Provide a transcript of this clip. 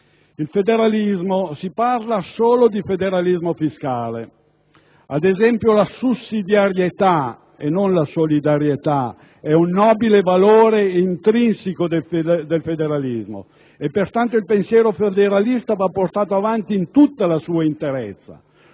Il federalismo. Si parla solo di federalismo fiscale. La sussidiarietà, e non la solidarietà, è un nobile valore intrinseco del federalismo e pertanto il pensiero federalista va portato avanti in tutta la sua interezza.